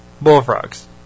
bullfrogs